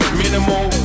minimal